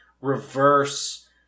reverse